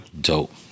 dope